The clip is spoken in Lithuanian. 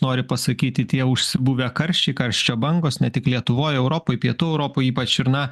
nori pasakyti tie užsibuvę karščiai karščio bangos ne tik lietuvoj europoj pietų europoj ypač ir na